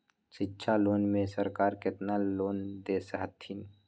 शिक्षा लोन में सरकार केतना लोन दे हथिन?